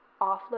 offload